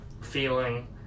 feeling